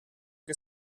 que